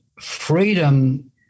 freedom